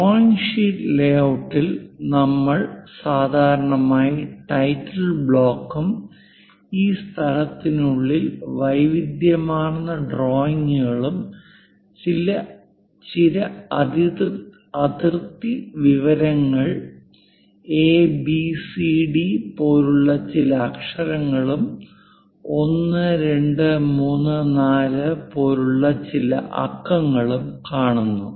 drawing sheet ലേഔട്ടിൽ നമ്മൾ സാധാരണയായി ടൈറ്റിൽ ബ്ലോക്കും ഈ സ്ഥലത്തിനുള്ളിൽ വൈവിധ്യമാർന്ന ഡ്രോയിംഗുകളും ചില അതിർത്തി വിവരങ്ങൾ A B C D A B C D പോലുള്ള ചില അക്ഷരങ്ങളും 1 2 3 4 പോലുള്ള ചില അക്കങ്ങളും കാണുന്നു